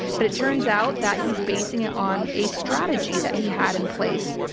but it turns out that he's basing it on a strategy that he had in place,